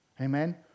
Amen